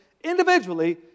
individually